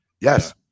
Yes